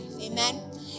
amen